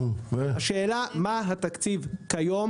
השאלה שלי היא מה התקציב היום,